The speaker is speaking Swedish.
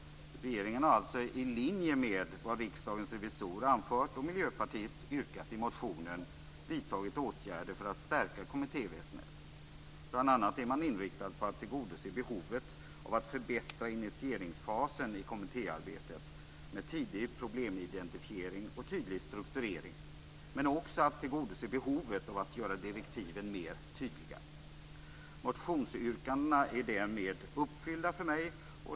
Regeringen har alltså, i linje med vad Riksdagens revisorer anfört och Miljöpartiet yrkat i motionen, vidtagit åtgärder för att stärka kommittéväsendet. Bl.a. är man inriktad på att tillgodose behovet av att förbättra initieringsfasen i kommittéarbetet med tidig problemidentifiering och tydlig strukturering, men också att tillgodose behovet av att göra direktiven mer tydliga. Mina motionsyrkanden är därmed uppfyllda.